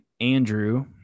Andrew